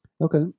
Okay